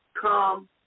Come